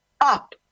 up